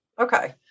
Okay